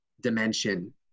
dimension